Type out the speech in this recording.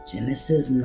Genesis